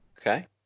Okay